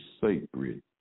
sacred